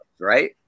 right